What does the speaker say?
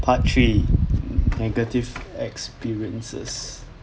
part three negative experiences